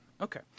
Okay